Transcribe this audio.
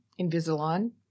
Invisalign